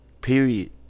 Period